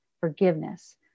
forgiveness